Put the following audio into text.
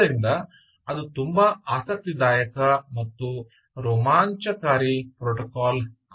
ಆದ್ದರಿಂದ ಅದು ತುಂಬಾ ಆಸಕ್ತಿದಾಯಕ ಮತ್ತು ರೋಮಾಂಚಕಾರಿ ಪ್ರೋಟೋಕಾಲ್ ಆಗಿದೆ